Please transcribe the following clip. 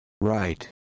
right